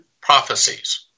prophecies